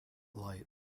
light